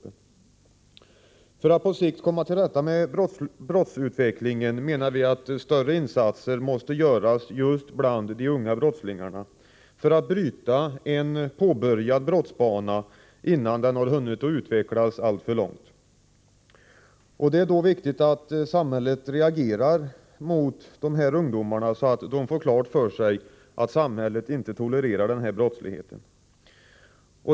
Vimenar att för att man på sikt skall komma till rätta med brottsutvecklingen måste större insatser göras just när det gäller de unga brottslingarna för att bryta en påbörjad brottsbana innan den har hunnit utvecklas alltför långt. Det är då viktigt att samhället reagerar mot dessa ungdomar, så att de får klart för sig att samhället inte tolererar denna brottslighet.